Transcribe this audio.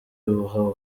ibihuha